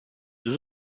deux